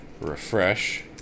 refresh